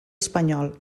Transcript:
espanyol